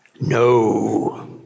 No